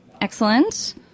Excellent